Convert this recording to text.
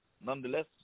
nonetheless